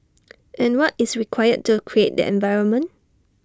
and what is required to create that environment